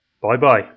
Bye-bye